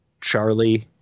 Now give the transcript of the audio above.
Charlie